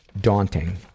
Daunting